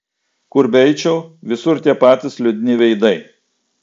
kur beeičiau visur tie patys liūdni veidai